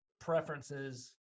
preferences